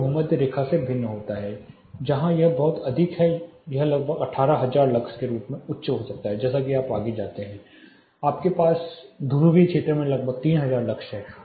यह भूमध्य रेखा से भिन्न होता है जहांयह बहुत अधिक है यह लगभग 18000 लक्स के रूप में उच्च हो सकता है जैसा कि आप आगे जाते हैं आपके पास आपके ध्रुवीय क्षेत्र में लगभग 3000 लक्स हैं